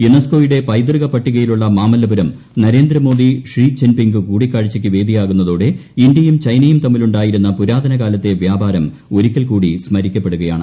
യുനെസ്കോയുടെ പൈതൃക പട്ടികയിലുള്ള Mamallapuram Narendra Modi Xi Jinping കൂടിക്കാഴ്ചയ്ക്ക് വേദിയാകുന്നതോടെ ഇന്ത്യയും ചൈനയും തമ്മിലുണ്ടായിരുന്ന പുരാതന കാലത്തെ വ്യാപാരം ഒരിക്കൽ കൂടി സ്മരിക്കപ്പെടുകയാണ്